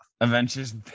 Avengers